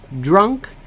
drunk